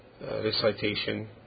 Recitation